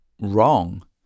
Wrong